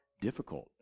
difficult